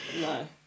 no